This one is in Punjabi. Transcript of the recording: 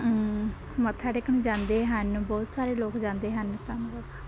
ਮੱਥਾ ਟੇਕਣ ਜਾਂਦੇ ਹਨ ਬਹੁਤ ਸਾਰੇ ਲੋਕ ਜਾਂਦੇ ਹਨ ਤਾਂ